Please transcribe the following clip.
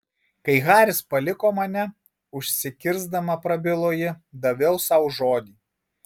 kai haris paliko mane užsikirsdama prabilo ji daviau sau žodį